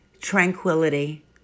tranquility